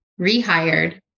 rehired